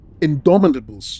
indomitable